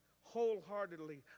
wholeheartedly